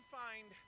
find